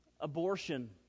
abortion